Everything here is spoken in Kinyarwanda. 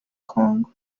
congo